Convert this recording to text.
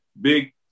big